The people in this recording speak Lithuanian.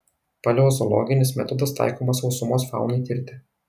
paleozoologinis metodas taikomas sausumos faunai tirti